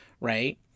Right